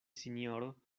sinjoro